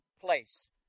place